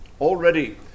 Already